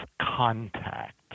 contact